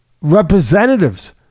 representatives